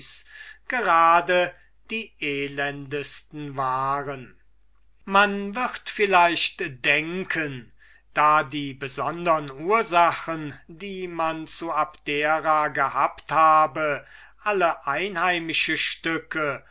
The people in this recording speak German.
gerade die elendesten waren man wird vielleicht denken da die besondern ursachen die man zu abdera gehabt alle einheimische stücke